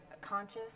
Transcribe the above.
conscious